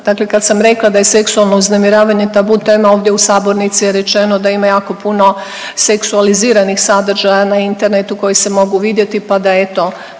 Dakle, kad sam rekla da je seksualno uznemiravanje tabu tema ovdje u sabornici je rečeno da ima jako puno seksualiziranih sadržaja na internetu koji se mogu vidjeti pa da eto